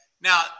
Now